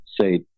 say